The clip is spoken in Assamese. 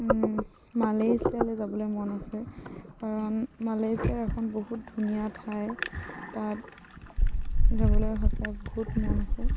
মালেচিয়ালৈ যাবলৈ মন আছে কাৰণ মালেচিয়া এখন বহুত ধুনীয়া ঠাই তাত যাবলৈ সঁচাই বহুত মন আছে